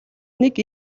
нэг